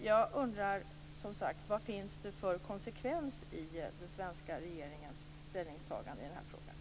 Jag undrar som sagt: Vad finns det för konsekvens i den svenska regeringens ställningstagande i den här frågan?